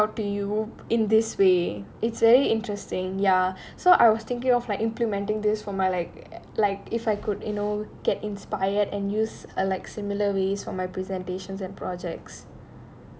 you know reach out to you in this way it's very interesting ya so I was thinking of like implementing this for my like like if I could you know get inspired and use a like similar ways from my presentations and projects